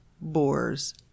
boars